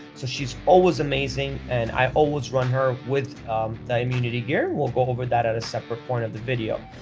so she's always amazing and i always run her with the immunity gear. we'll go over that at a separate point of the video.